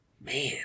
Man